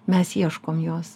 mes ieškom jos